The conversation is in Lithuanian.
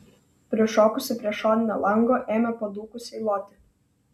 prišokusi prie šoninio lango ėmė padūkusiai loti